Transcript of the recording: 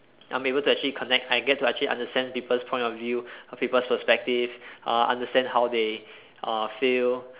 I'm able to actually connect I get to actually understand people's point of view people's perspective err understand how they uh feel